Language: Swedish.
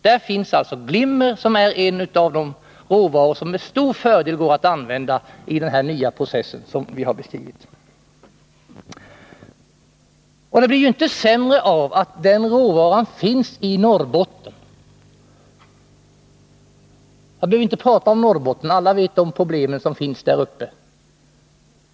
Där finns alltså glimmer, som är en av de råvaror som med stor fördel går att använda i den nya process vi har beskrivit. Det blir ju inte sämre av att den råvaran finns i Norrbotten. Jag behöver inte prata om Norrbotten — alla känner till problemen där uppe.